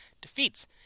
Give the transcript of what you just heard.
defeats